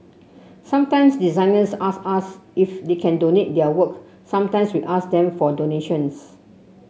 sometimes designers ask us if they can donate their work sometimes we ask them for donations